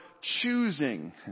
choosing